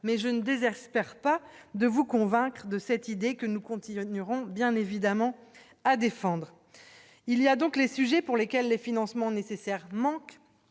mais je ne désespère pas de vous convaincre et de cette idée que nous continuerons bien évidemment à défendre, il y a donc les sujets pour lesquels les financements nécessaires manquent,